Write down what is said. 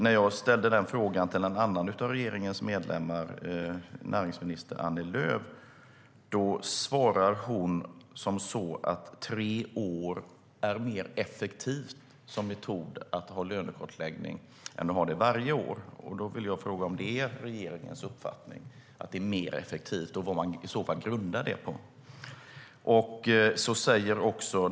När jag ställde frågan till näringsminister Annie Lööf svarade hon att en lönekartläggning vart tredje år är en mer effektiv metod än en kartläggning varje år. Är det regeringens uppfattning att det är mer effektivt, och vad grundas det på?